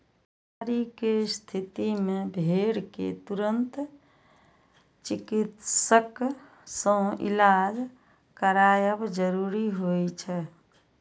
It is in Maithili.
बीमारी के स्थिति मे भेड़ कें तुरंत चिकित्सक सं इलाज करायब जरूरी होइ छै